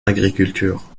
agriculture